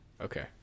okay